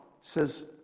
says